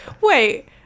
Wait